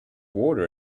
water